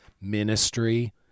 Ministry